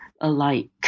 alike